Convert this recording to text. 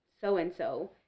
so-and-so